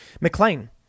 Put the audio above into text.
McLean